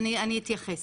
אני אתייחס.